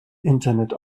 internet